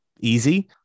easy